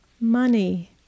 money